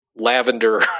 Lavender